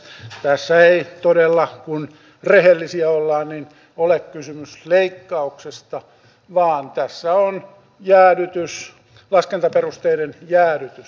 tässä ei todella kun rehellisiä ollaan ole kysymys leikkauksesta vaan tässä on laskentaperusteiden jäädytys